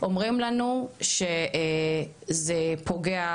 אומרים לנו שזה פוגע